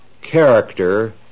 character